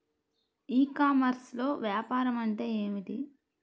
ఈ కామర్స్లో వ్యాపారం అంటే ఏమిటి?